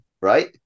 right